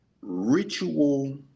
ritual